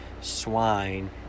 swine